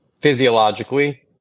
physiologically